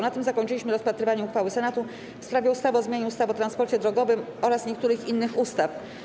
Na tym skończyliśmy rozpatrywanie uchwały Senatu w sprawie ustawy o zmianie ustawy o transporcie drogowym oraz niektórych innych ustaw.